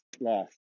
lost